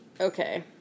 Okay